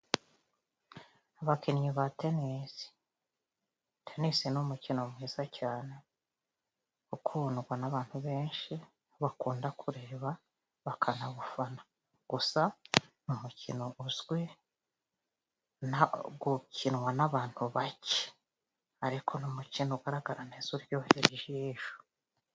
Abakinnyi ba tenisi. Tenisi ni umukino mwiza cyane ukundwa n'abantu benshi, bakunda kureba bakanawufana. Gusa ni umukino uzwi, ukinwa n'abantu bake. Ariko n'umukino ugaragara neza, uryoheye ijisho.